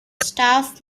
staff